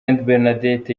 bernadette